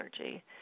energy